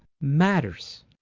matters